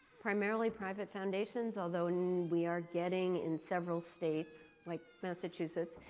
primarily, private foundations. although we are getting in several states like massachusetts,